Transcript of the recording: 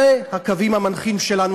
אלה הקווים המנחים שלנו.